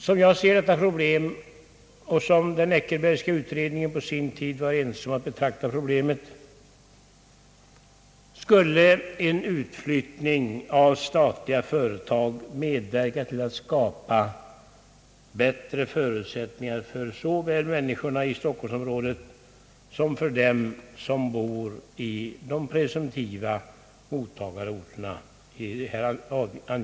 Som jag ser dessa problem — och som den Eckerbergska utredningen på sin tid var ense om att betrakta problemen — skulle en utflyttning av statliga företag medverka till att skapa bättre förutsättningar för såväl människorna i stockholmsområdet som för dem som bor i de presumtiva mottagarorterna.